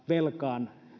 velkaan